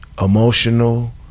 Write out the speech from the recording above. emotional